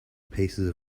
pieces